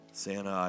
Santa